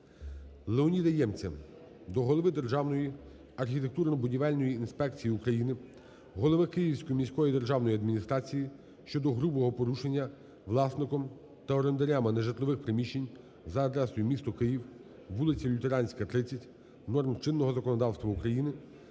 Леоніда Ємця до голови Державної архітектурно-будівельної інспекції України, голови Київської міської державної адміністрації щодо грубого порушення власником та орендарями нежитлових приміщень за адресою: місто Київ, вулиця Лютеранська, 30 норм чинного законодавства України